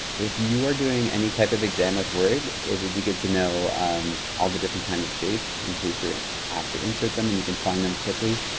if you are doing any type of exam with word it would be good to know all the different kinds of shapes in case you're asked to insert them and you can find them quickly.